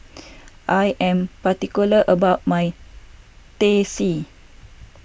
I am particular about my Teh C